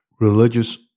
religious